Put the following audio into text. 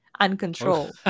uncontrolled